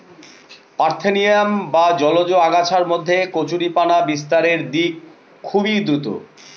parthenium বা জলজ আগাছার মধ্যে কচুরিপানা বিস্তারের দিক খুবই দ্রূত